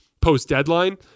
post-deadline